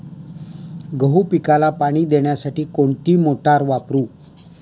गहू पिकाला पाणी देण्यासाठी कोणती मोटार वापरू?